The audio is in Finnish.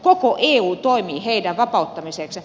koko eu toimii heidän vapauttamisekseen